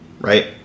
Right